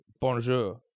Bonjour